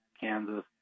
Kansas